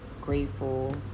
grateful